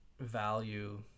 value